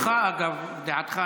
זו זכותך, אגב, דעתך.